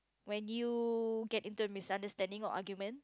when you get into a misunderstanding or argument